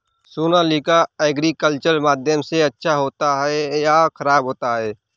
Sonalika agriculture माध्यम से अच्छा होता है या ख़राब होता है?